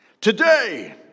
today